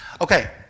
Okay